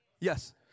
Yes